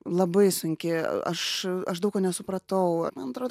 labai sunki aš aš daug ko nesupratau man atrodo